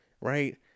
right